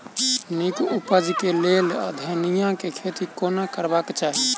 नीक उपज केँ लेल धनिया केँ खेती कोना करबाक चाहि?